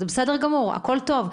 הכל טוב.